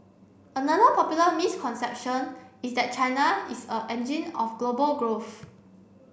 another popular misconception is that China is a engine of global growth